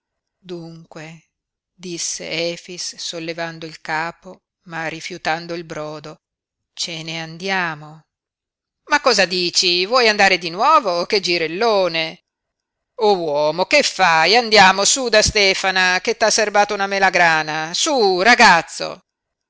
dunque disse efix sollevando il capo ma rifiutando il brodo ce ne andiamo ma cosa dici vuoi andare di nuovo che girellone oh uomo che fai andiamo su da stefana che t'ha serbato una melagrana su ragazzo